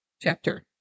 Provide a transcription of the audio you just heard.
chapter